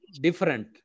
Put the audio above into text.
different